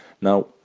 Now